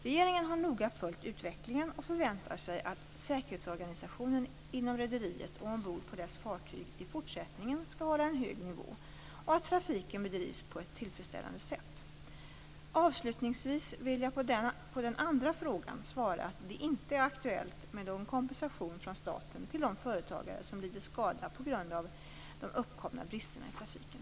Regeringen har noga följt utvecklingen och förväntar sig att säkerhetsorganisationen inom rederiet och ombord på dess fartyg i fortsättningen skall hålla en hög nivå och att trafiken bedrivs på ett tillfredsställande sätt. Avslutningsvis vill jag på den andra frågan svara att det inte är aktuellt med någon kompensation från staten till de företagare som lidit skada på grund av de uppkomna bristerna i trafiken.